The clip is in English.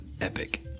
epic